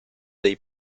dei